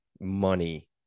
money